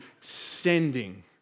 sending